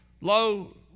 lo